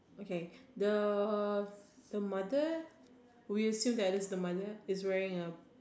okay the the mother will still as the mother is wearing a